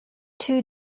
two